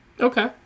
Okay